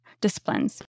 Disciplines